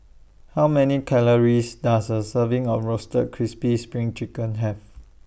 How Many Calories Does A Serving of Roasted Crispy SPRING Chicken Have